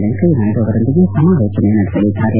ವೆಂಕಯ್ಯನಾಯ್ದ ಅವರೊಂದಿಗೆ ಸಮಾಲೋಚನೆ ನಡೆಸಲಿದ್ದಾರೆ